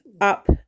up